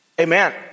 Amen